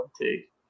take